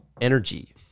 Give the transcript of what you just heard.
energy